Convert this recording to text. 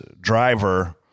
driver –